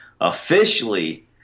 Officially